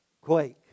quake